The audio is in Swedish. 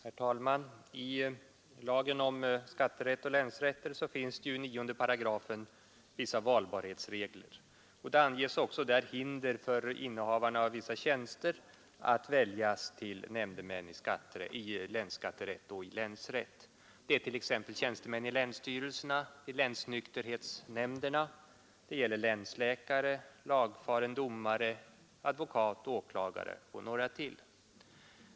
Herr talman! I lagen om skatterätt och länsrätter finns det i 9 § vissa valbarhetsregler. Där anges också hinder för innehavarna av vissa tjänster att väljas till nämndemän i länsskatterätt. Detta gäller t.ex. tjänstemän i länsstyrelserna, länsnykterhetsnämnderna, det gäller vidare länsläkare, lagfaren domare, advokat, åklagare och några till.